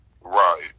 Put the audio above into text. Right